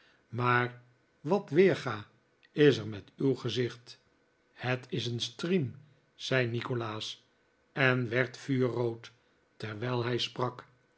maar wat weerga is er met uw gezicht het is een striem zei nikolaas en werd vuurrood terwijl hij sprak